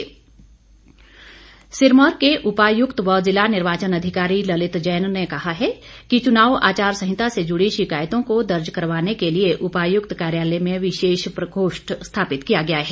DC Sirmaur Sirmaur के उपायुक्त व जिला निर्वाचन अधिकारी ललित जैन ने कहा है कि चुनाव आचार संहिता से जुड़ी शिकायतों को दर्ज करवाने के लिए उपायुक्त कार्यालय में विशेष प्रकोष्ठ स्थापित किया गया है